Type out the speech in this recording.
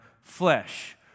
flesh